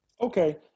Okay